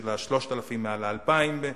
של ה-3,000 מעל ה-2,000,